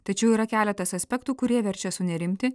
tačiau yra keletas aspektų kurie verčia sunerimti